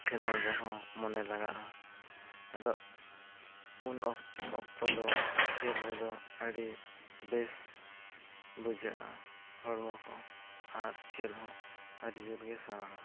ᱠᱷᱮᱞᱳᱰ ᱨᱮ ᱦᱚᱸ ᱢᱚᱱᱮ ᱞᱟᱜᱟᱼᱟ ᱟᱫᱚ ᱩᱱ ᱚᱠᱛᱚ ᱫᱚ ᱠᱷᱮᱞ ᱨᱮᱫᱚ ᱟᱹᱰᱤ ᱵᱮᱥ ᱵᱩᱡᱷᱟᱹᱜᱼᱟ ᱦᱚᱲᱢᱚ ᱦᱚᱸ ᱟᱨ ᱠᱷᱮᱞ ᱦᱚᱸ ᱟᱹᱰᱤ ᱡᱳᱨ ᱜᱮ ᱥᱟᱱᱟᱣᱟ